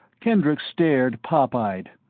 kendricks stared pop-eyed.